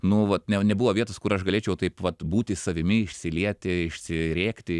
nu vat ne nebuvo vietos kur aš galėčiau taip vat būti savimi išsilieti išsirėkti